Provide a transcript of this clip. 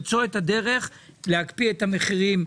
למצוא את הדרך להקפיא את המחירים,